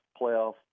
playoff